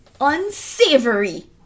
unsavory